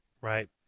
right